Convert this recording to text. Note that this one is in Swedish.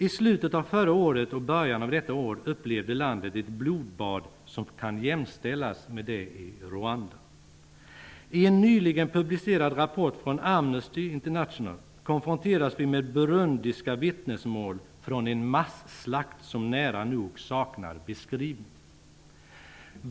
I slutet av förra året och i början av detta år upplevde landet ett blodbad som kan jämställas med det i Rwanda. I en nyligen publicerad rapport från Amnesty International konfronteras vi med burundiska vittnesmål från en masslakt som nära nog saknar beskrivning.